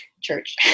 church